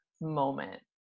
moment